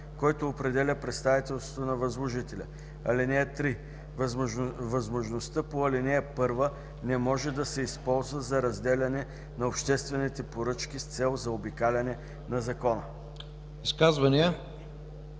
който определя представителството на възложителя. (3) Възможността по ал. 1 не може да се използва за разделяне на обществените поръчки с цел заобикаляне на закона.”